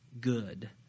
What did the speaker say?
good